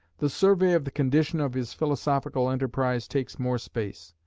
the survey of the condition of his philosophical enterprise takes more space.